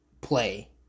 play